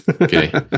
Okay